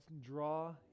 draw